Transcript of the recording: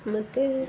ಮತ್ತು